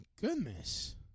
Goodness